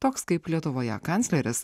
toks kaip lietuvoje kancleris